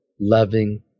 loving